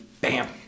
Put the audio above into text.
Bam